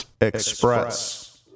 Express